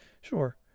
sure